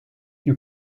you